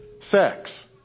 sex